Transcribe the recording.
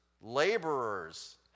laborers